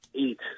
eight